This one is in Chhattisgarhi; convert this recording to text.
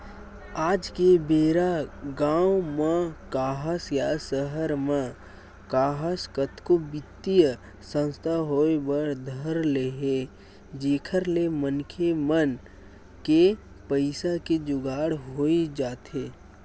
आज के बेरा गाँव म काहस या सहर म काहस कतको बित्तीय संस्था होय बर धर ले हे जेखर ले मनखे मन के पइसा के जुगाड़ होई जाथे